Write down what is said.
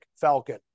Falcon